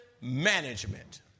management